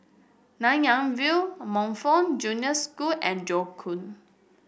Nanyang View Montfort Junior School and Joo Koon